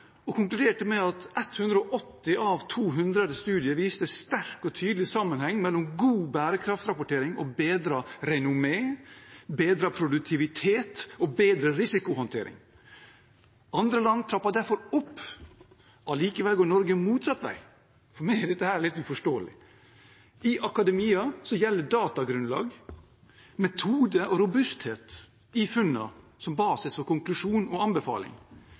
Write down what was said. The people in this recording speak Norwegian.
og konkluderte med at 180 av 200 studier viste en sterk og tydelig sammenheng mellom god bærekraftrapportering og bedret renommé, bedret produktivitet og bedret risikohåndtering. Andre land trapper derfor opp, allikevel går Norge motsatt vei. For meg er dette litt uforståelig. I akademia gjelder datagrunnlag, metode og robusthet i funnene som basis for konklusjon og anbefaling,